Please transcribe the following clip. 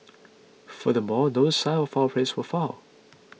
furthermore no signs of foul play were found